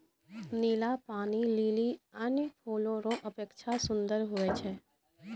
नीला पानी लीली अन्य फूल रो अपेक्षा सुन्दर हुवै छै